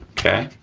okay?